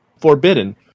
forbidden